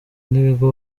n’ibigo